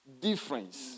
difference